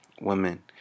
women